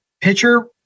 pitcher